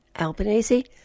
Albanese